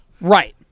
Right